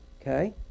Okay